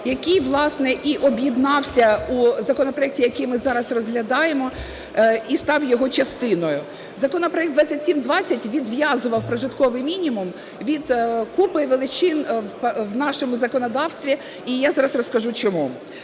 який, власне, і об'єднався у законопроекті, який ми зараз розглядаємо і став його частиною. Законопроект 2720 відв'язував прожитковий мінімум від купи величин в нашому законодавстві, і я зараз розкажу чому.